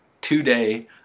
today